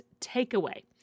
takeaway